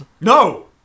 No